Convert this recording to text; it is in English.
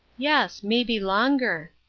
yes maybe longer.